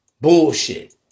bullshit